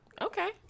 okay